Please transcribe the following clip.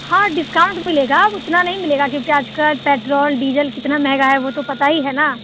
हाँ डिस्काउंट मिलेगा उतना नहीं मिलेगा क्योंकि आज कल पैट्रोल डीजल कितना महँगा है वो तो पता ही है ना